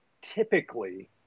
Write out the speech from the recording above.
typically